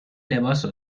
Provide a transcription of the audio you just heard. لباسو